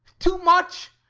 too much?